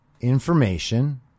information